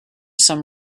some